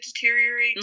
deteriorate